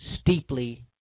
steeply